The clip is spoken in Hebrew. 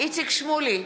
איציק שמולי,